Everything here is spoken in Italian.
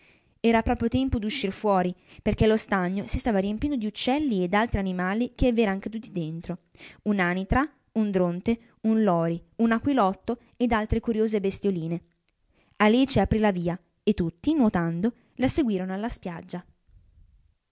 era proprio tempo d'uscir fuori perchè lo stagno si stava riempendo di uccelli e d'altri animali che v'eran caduti dentro un'anitra un dronte un lori un aquilotto ed altre curiose bestioline alice aprì la via e tutti nuotando la seguirono alla spiaggia